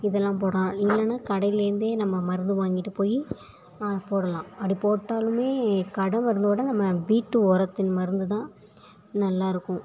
இதெல்லாம் போடலாம் இல்லைன்னா கடைலேருந்தே நம்ம மருந்து வாங்கிட்டு போயி போடலாம் அப்படி போட்டாலும் கடை மருந்தோடு நம்ம வீட்டு உரத்தின் மருந்துதான் நல்லாயிருக்கும்